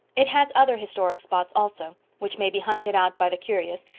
it has other historic spots also, which may be hunted out by the curious,